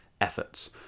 Efforts